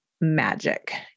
magic